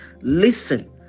listen